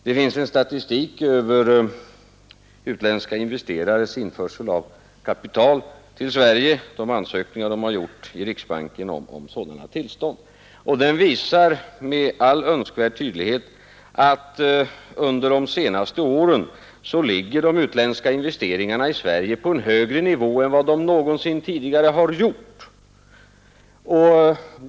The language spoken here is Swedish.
Det finns en statistik över de ansökningar för införsel av kapital som gjorts av utländska investerare i riksbanken. Den visar med all önskvärd tydlighet att de utländska investeringarna i Sverige under de senaste åren har legat på en högre nivå än de någonsin tidigare har gjort.